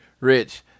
Rich